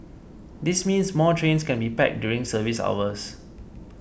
this means more trains can be packed during service hours